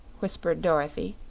whispered dorothy.